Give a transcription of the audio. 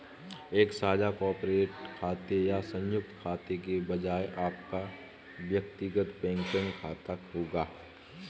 एक साझा कॉर्पोरेट खाते या संयुक्त खाते के बजाय आपका व्यक्तिगत बैंकिंग खाता होगा